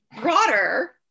broader